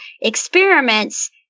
experiments